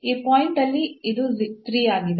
ಈ ಪಾಯಿಂಟ್ ಅಲ್ಲಿ ಇದು 3 ಆಗಿದೆ